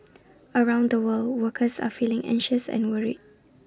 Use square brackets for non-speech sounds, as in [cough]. around the world workers are feeling anxious and worried [noise]